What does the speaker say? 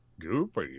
Goofy